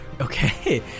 Okay